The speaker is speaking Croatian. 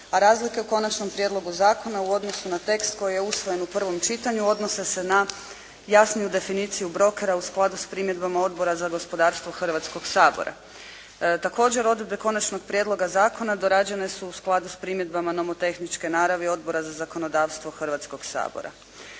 a razlika u konačnom prijedlogu zakona u odnosu na tekst koji je usvojen u prvom čitanju odnose se na jasniju definiciju brokera u skladu s primjedbom Odbora za gospodarstvo Hrvatskog sabora. Također odredbe konačnog prijedloga zakona dorađene su u skladu s primjedbama nomotehničke naravi Odbora za zakonodavstvo Hrvatskog sabora.